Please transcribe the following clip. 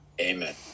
Amen